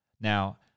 Now